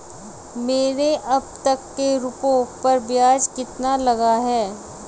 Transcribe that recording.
मेरे अब तक के रुपयों पर ब्याज कितना लगा है?